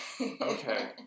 Okay